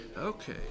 Okay